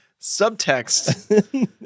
subtext